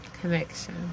connection